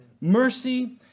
Mercy